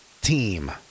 team